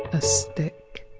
a stick